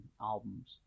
albums